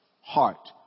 heart